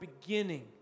beginning